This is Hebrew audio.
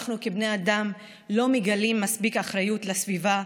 אנחנו כבני אדם לא מגלים מספיק אחריות לסביבה,